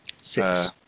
Six